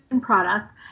product